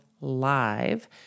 live